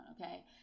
okay